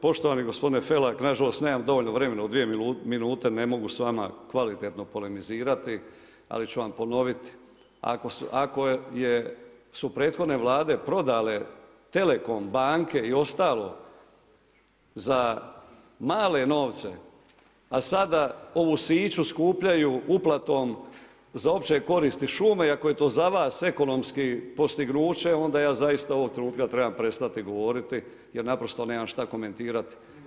Poštovani gospodine Felak, nažalost, nemam dovoljno vremena u 2 minute, ne mogu s vama, kvalitetno polemizirati, ali ću vam ponoviti, ako je su prethodne Vlade prodale, telekom, banke i ostalo, za male novce, a sada ovu siću skupljaju uplatom za opće koristi šume i ako je to za vas ekonomski postignuće, onda ja zaista ovog trenutka trebam prestati govoriti, jer naprosto nemam što komentirati.